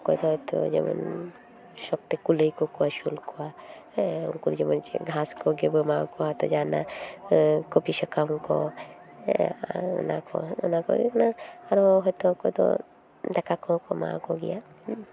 ᱚᱠᱚᱭᱫᱚ ᱦᱚᱭᱛᱚ ᱡᱮᱢᱚᱱ ᱥᱚᱠᱷ ᱛᱮᱠᱚ ᱞᱟᱹᱭ ᱟᱠᱚ ᱟᱹᱥᱩᱞ ᱠᱚᱣᱟ ᱦᱮᱸ ᱩᱱᱠᱩ ᱫᱚ ᱡᱮᱢᱚᱱ ᱪᱮᱫ ᱜᱷᱟᱥ ᱠᱚᱵᱚᱱ ᱮᱢᱟᱣ ᱠᱚᱣᱟ ᱡᱟᱦᱟᱱᱟᱜ ᱠᱚᱯᱤ ᱥᱟᱠᱟᱢ ᱠᱚ ᱦᱮᱸ ᱟᱨ ᱚᱱᱟᱠᱚ ᱚᱱᱟᱠᱚᱜᱮ ᱦᱩᱭᱩᱜ ᱠᱟᱱᱟ ᱟᱨᱚ ᱦᱚᱭᱛᱚ ᱚᱠᱚᱭᱫᱚ ᱫᱟᱠᱟᱠᱚ ᱦᱚᱸᱠᱚ ᱮᱢᱟᱣ ᱠᱚ ᱜᱮᱭᱟ ᱦᱮᱸ